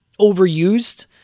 overused